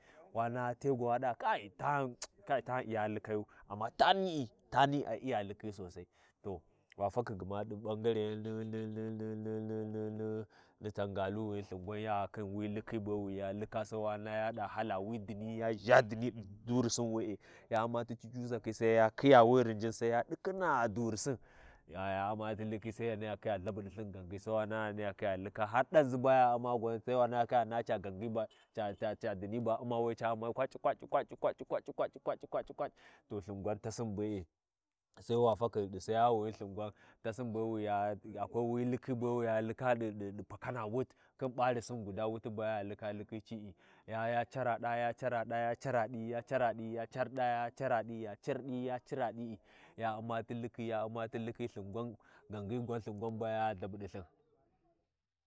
Wa naha te gwan wa ɗa kai tanin tan Iya Likayu amma tani? I, tani ai Iya likhi sosai, to wa fakhi guna ɗi bangareni ni-ni-ni-ni-ni tangaluwini, Lthin gwan ya khin wi likhi be wiya lika sai wa yaɗa hala wi ɗini ya ʒha wi dini ɗi durisin we’e, ya Ummati cu’usakhi sai ya khiya wi rinjin sai ya ɗikhina durisin, ya U’mma ti liki sai yaniya Lhabuɗlthin gangiji sai wa na yaniya lika har danʒi ha ya U’mma gwan sai wa khiya naha ca gangyi ba ca-ca ɗini ha U’mma we, ca U’mma kwai kwaci-kwaci-kwaci- kwaci- kwaci to Lthin givan tasin be’e. Sai wa fakhi kwaci sayawi wani Lthin gwan, tasin bewiya akwai wi liki b wiya lika ɗi ɗi patana wut, khin barisu guda wuti baya lika likhi ci’i. Ya cara ɗa ya carad’a ya cara ɗi ya cara ɗi, ya caraɗa, yuacara ɗi, ya car ɗi ya cara ɗa, ya U’mmati Likhi ya Ummati Likhi, Lthin gwan gangyi gwan lthin gwan baya LhabuɗiLthin.